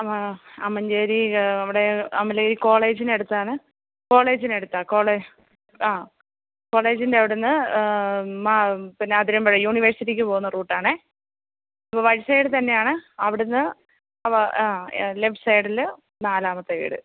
ആ അമ്മഞ്ചേരി അവിടെ അമ്മലേ കോളേജിനടുത്താണ് കോളേജിനടുത്താ കോളേ ആ കോളേജിൻ്റെ അവിടുന്ന് പിന്നെ അതിരം യൂണിവേഴ്സിറ്റിക്ക് പോകുന്ന റൂട്ടാണെ റൈറ്റ് സൈഡുതന്നെയാണ് അവിടുന്ന് ആ ലെഫ്റ്റ് സൈഡില് നാലാമത്തെ വീട്